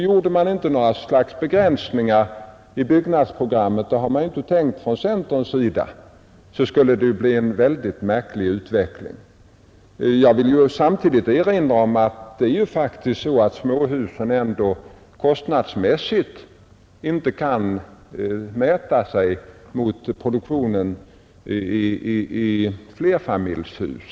Om man inte gjorde någon nedskärning i det reglerade byggnadsprogrammet, något som heller inte är tänkt från centerns sida, skulle det bli en mycket märklig utveckling. Jag vill erinra om att småhusen kostnadsmässigt är mer krävande än produktionen av flerfamiljshus.